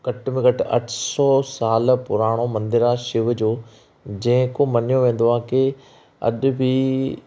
घटि में घटि अठ सौ साल पुराणो मन्दिर आहे शिव जो को मंञो वेंदो आहे कि अॼु बि